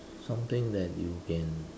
something that you can